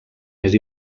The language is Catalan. més